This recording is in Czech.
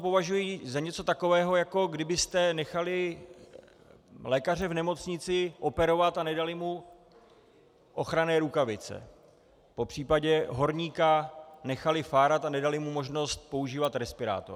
Považuji to za něco takového, jako kdybyste nechali lékaře v nemocnici operovat a nedali mu ochranné rukavice, popř. horníka nechali fárat a nedali mu možnost používat respirátor.